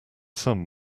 sun